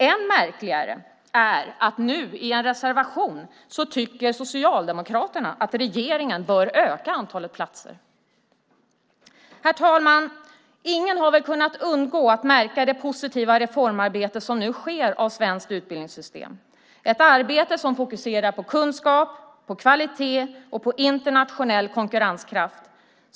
Än märkligare är att Socialdemokraterna nu i en reservation tycker att regeringen bör öka antalet platser. Herr talman! Ingen har väl kunnat undgå att märka det positiva reformarbete som nu sker inom det svenska utbildningssystemet, ett arbete som fokuserar på kunskap, kvalitet och internationell konkurrenskraft.